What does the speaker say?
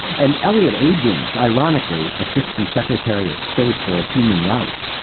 and elliot abrams, ironically assistant secretary of state for human rights,